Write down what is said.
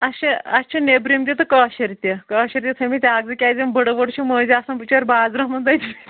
اَسہِ چھِ اَسہِ چھِ نیٚبرِم تہِ تہٕ کٲشِرۍ تہِ کٲشِرۍ تہِ تھٲیمٕتۍ اَکھ زٕ کیٛازِ یِم بٔڑٕ ؤڑٕ چھِ مٔنٛزۍ آسان بِچٲرۍ بازرَس